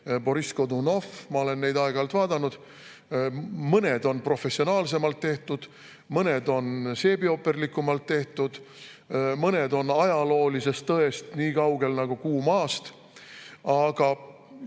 "Boriss Godunov". Ma olen neid aeg-ajalt vaadanud. Mõned on professionaalsemalt tehtud, mõned on seebiooperlikumalt tehtud, mõned on ajaloolisest tõest nii kaugel, nagu Kuu on Maast. Aga